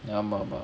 ஆமாமா:aamaamaa